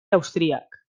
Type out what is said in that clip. austríac